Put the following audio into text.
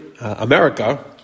America